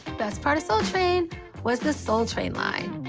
best part of soul train was the soul train line.